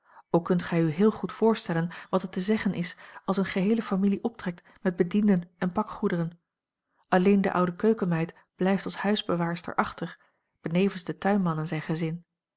ook kunt gij u heel goed voorstellen wat het te zeggen is als eene geheele familie optrekt met bedienden en pakgoederen alleen de oude keukenmeid blijft als huisbewaarster achter benevens de tuinman en zijn gezin